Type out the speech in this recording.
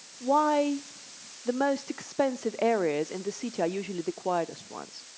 why the most expensive areas in the city are usually the quietest ones?